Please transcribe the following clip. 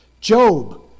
Job